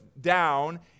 down